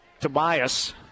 Tobias